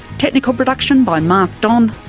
technical production by mark don,